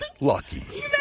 lucky